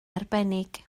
arbennig